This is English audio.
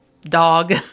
Dog